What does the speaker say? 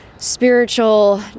spiritual